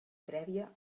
prèvia